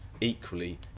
equally